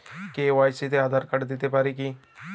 KYC তে Aadhaar card দিতে পারি কি?